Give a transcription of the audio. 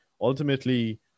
ultimately